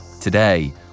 Today